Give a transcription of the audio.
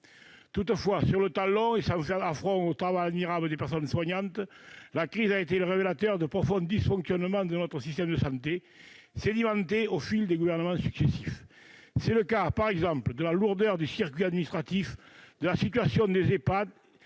Toutefois, sur le temps long, et sans faire affront au travail admirable des personnels soignants, la crise a été le révélateur des profonds dysfonctionnements de notre système de santé, qui se sont sédimentés au fil des gouvernements successifs. Je pense ainsi à la lourdeur des circuits administratifs, à la situation des Ehpad,